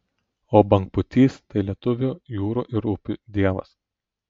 o bangpūtys tai lietuvių jūrų ir upių dievas